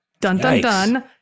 dun-dun-dun